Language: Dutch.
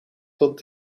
tot